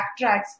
backtracks